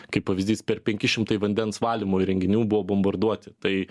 kaip pavyzdys per penki šimtai vandens valymo įrenginių buvo bombarduoti tai